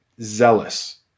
zealous